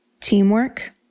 Teamwork